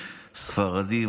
ספרדים,